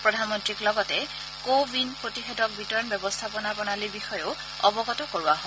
প্ৰধানমন্ত্ৰী লগতে CoWIN প্ৰতিষেধক বিতৰণ ব্যৱস্থাপনা প্ৰণালীৰ বিষয়েও অৱগত কৰোৱা হয়